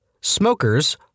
Smokers